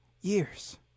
years